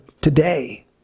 today